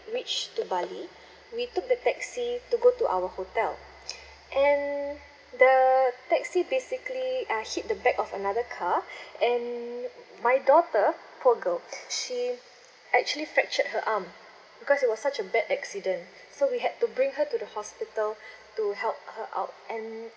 reach to bali we took the taxi to go to our hotel and the taxi basically uh hit the back of another car and my daughter poor girl she actually fractured her arm because it was such a bad accident so we had to bring her to the hospital to help her out and